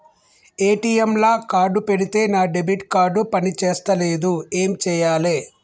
ATM లా card పెడితే నా డెబిట్ కార్డ్ పని చేస్తలేదు ఏం చేయాలే?